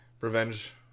revenge